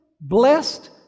blessed